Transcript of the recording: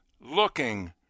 looking